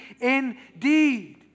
indeed